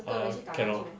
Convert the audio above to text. err cannot